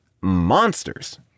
monsters